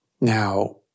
Now